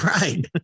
right